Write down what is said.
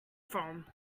from